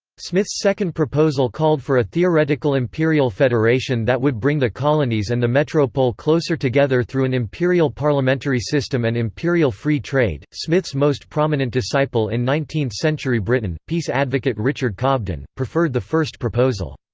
smith's second proposal called for a theoretical imperial federation that would bring the colonies and the metropole closer together through an imperial parliamentary system and imperial free trade smith's most prominent disciple in nineteenth century britain, peace advocate richard cobden, preferred the first proposal.